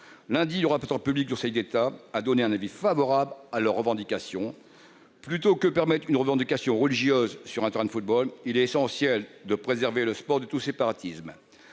dernier, le rapporteur public du Conseil d'État a donné un avis favorable sur leurs revendications. Plutôt que de permettre une revendication religieuse sur un terrain de football, il est essentiel de préserver le sport de tout séparatisme.